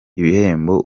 ibihembo